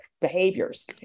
behaviors